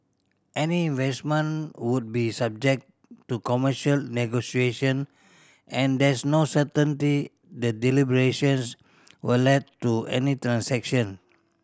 any investment would be subject to commercial negotiation and there's no certainty the deliberations will le d to any transaction